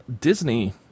Disney